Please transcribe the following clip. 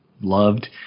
loved